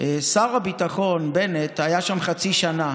שר הביטחון בנט היה שם חצי שנה,